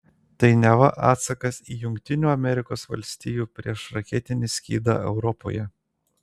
tai neva atsakas į jungtinių amerikos valstijų priešraketinį skydą europoje